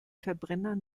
verbrenner